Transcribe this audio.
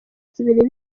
zibiri